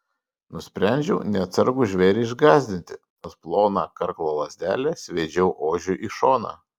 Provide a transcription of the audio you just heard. nusprendžiau neatsargų žvėrį išgąsdinti tad ploną karklo lazdelę sviedžiau ožiui į šoną